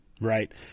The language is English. Right